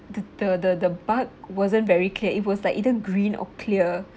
the the the the bug wasn't very clear it was like either green or clear